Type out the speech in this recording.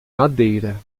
madeira